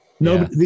No